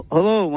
Hello